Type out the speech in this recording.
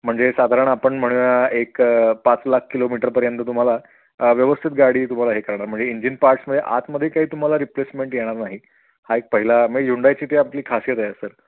म्हणजे साधारण आपण म्हणूया एक पाच लाख किलोमीटरपर्यंत तुम्हाला व्यवस्थित गाडी तुम्हाला हे करणार म्हणजे इंजिन पार्ट्समध्ये आतमध्ये काही तुम्हाला रिप्लेसमेंट येणार नाही हा एक पहिला ह्युंडायची ते आपली खासियत आहे सर